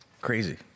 crazy